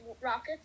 Rockets